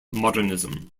modernism